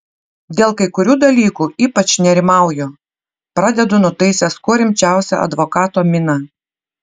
dėl kai kurių dalykų ypač nerimauju pradedu nutaisęs kuo rimčiausią advokato miną